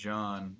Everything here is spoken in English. John